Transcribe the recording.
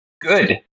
good